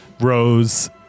Rose